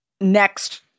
next